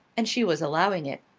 and she was allowing it.